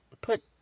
put